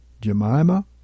Jemima